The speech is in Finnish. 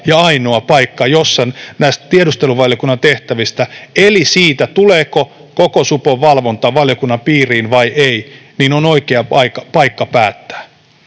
ja ainoa paikka päättää näistä tiedusteluvaliokunnan tehtävistä eli siitä, tuleeko koko supon valvonta valiokunnan piiriin vai ei. Valvontalaissa